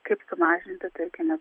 kaip mažinti tarkime